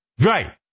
Right